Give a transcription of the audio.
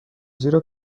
زیرا